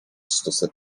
stosem